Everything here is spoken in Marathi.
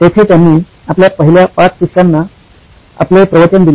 तेथे त्यांनी आपल्या पहिल्या ५ शिष्याना आपले प्रवचन दिले